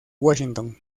washington